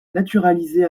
naturalisée